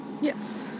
Yes